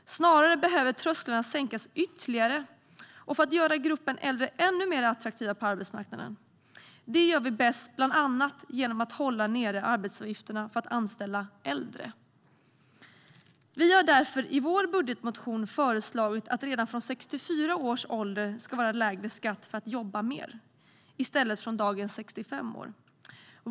Snarare behöver trösklarna sänkas ytterligare för att göra gruppen äldre ännu mer attraktiv på arbetsmarknaden. Det gör vi bäst genom att bland annat hålla nere arbetsgivaravgifterna för att anställa äldre. Vi har därför i vår budgetmotion föreslagit att det ska vara lägre skatt på att jobba mer redan från 64 års ålder i stället för från dagens 65 år.